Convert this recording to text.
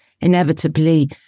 inevitably